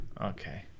okay